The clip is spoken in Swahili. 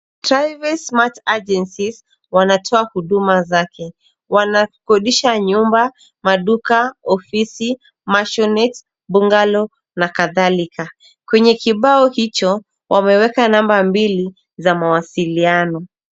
Tryvay smat agencies wanatoa huduma zake, wanakodisha nyumba, maduka, ofisi, maisonette, bungalow na kadhalika. Kwenye kibao hicho wameweka namba mbili za mawasiliano.